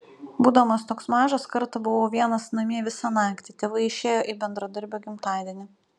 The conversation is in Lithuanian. būdamas toks mažas kartą buvau vienas namie visą naktį tėvai išėjo į bendradarbio gimtadienį